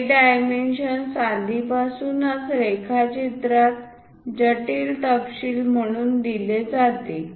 हे डायमेन्शन्स आधीपासूनच रेखाचित्रात जटिल तपशील म्हणून दिले जाते